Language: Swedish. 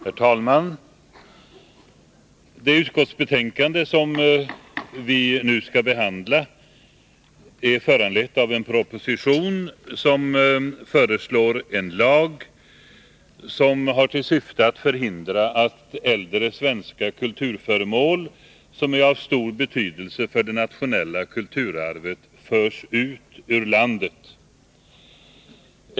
Herr talman! Det utskottsbetänkande som vi nu skall behandla är föranlett av en proposition med förslag till en lag som har till syfte att förhindra att äldre svenska kulturföremål som är av stor betydelse för det nationella kulturarvet förs ut ur landet.